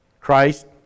Christ